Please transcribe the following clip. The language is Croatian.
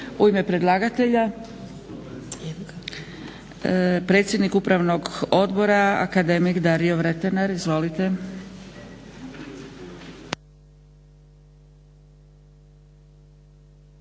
U ime predlagatelja predsjednik Upravnog odbora akademik Dario Vretenar. Izvolite.